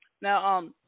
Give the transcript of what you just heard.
Now